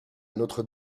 notre